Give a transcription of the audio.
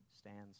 stands